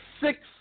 six